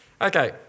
okay